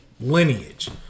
lineage